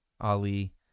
Ali